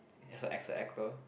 as a as a actor